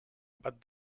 but